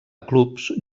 clubs